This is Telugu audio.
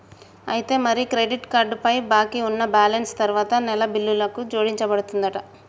అయితే మరి క్రెడిట్ కార్డ్ పై బాకీ ఉన్న బ్యాలెన్స్ తరువాత నెల బిల్లుకు జోడించబడుతుందంట